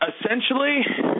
Essentially